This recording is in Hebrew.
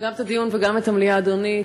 גם את הדיון וגם את המליאה, אדוני.